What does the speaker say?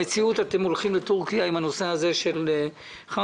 במציאות אתם הולכים לטורקיה עם הנושא הזה של חרסה.